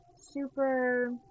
super